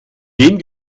dem